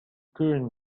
current